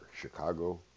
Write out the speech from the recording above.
Chicago